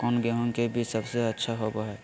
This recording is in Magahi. कौन गेंहू के बीज सबेसे अच्छा होबो हाय?